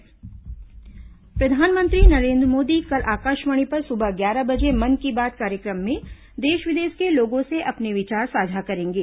प्र धानमंत्री मन की बात प्र धानमंत्री नरें द्र मोदी कल आकाशवाणी पर सुबह ग्यारह बजे मन की बात कार्य क्र म में देश विदेश के लोगों से अपने विचार साझा करेंगे